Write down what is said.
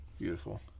Beautiful